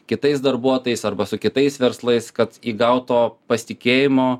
kitais darbuotojais arba su kitais verslais kad įgaut to pasitikėjimo